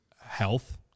health